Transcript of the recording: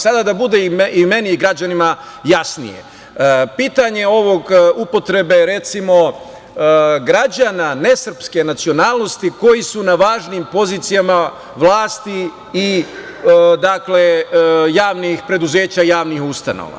Sada, da bude i meni građanima jasnije, pitanje upotrebe recimo građana nesrpske nacionalnosti koji su na važnim pozicijama vlasti i javnih preduzeća, javnih interesa.